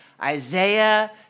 Isaiah